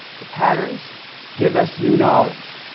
the patterns give us new knowledge.